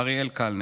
אריאל קלנר.